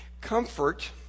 Comfort